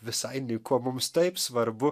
visai nyku o mums taip svarbu